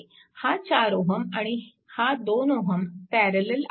हा 4Ω आणि हा 2Ω पॅरलल आहेत